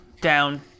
down